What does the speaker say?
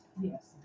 Yes